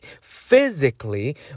physically